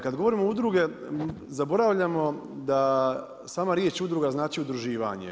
Kad govorim udruge zaboravljamo da sama riječ udruga znači udruživanje.